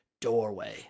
doorway